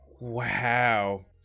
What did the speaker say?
Wow